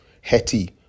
Hetty